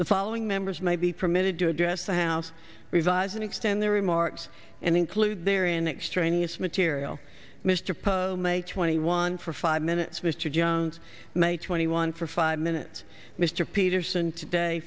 the following members may be permitted to address the house revise and extend their remarks and include their in extraneous material mr poe make twenty one for five minutes mr jones may twenty one for five minutes mr peterson today